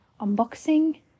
unboxing